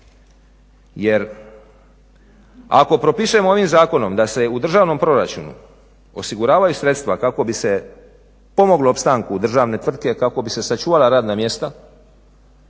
jer ako propisujemo ovim zakonom da se u državnom proračunu osiguravaju sredstva kako bi se pomoglo opstanku državne tvrtke kako bi se sačuvala radna mjesta,